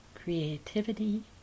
Creativity